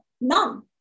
None